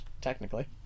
technically